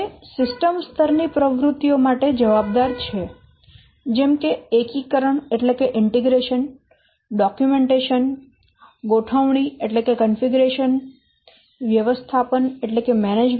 તે સિસ્ટમ સ્તર ની પ્રવૃત્તિઓ માટે જવાબદાર છે જેમ કે એકીકરણ ડોક્યુમેન્ટેશન ગોઠવણી વ્યવસ્થાપન વગેરે